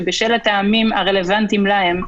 שבשל הטעמים הרלוונטיים להם,